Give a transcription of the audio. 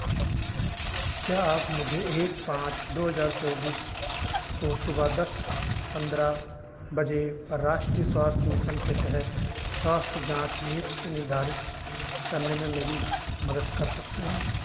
क्या आप मुझे एक पाँच दो हज़ार चौबीस को सुबह दस पंद्रह बजे पर राष्ट्रीय स्वास्थ मिसन के तहत स्वास्थ जाँच नियुक्त निर्धारित करने में मेरी मदद कर सकते हैं